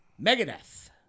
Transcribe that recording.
Megadeth